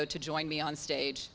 oh to join me on stage